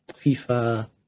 FIFA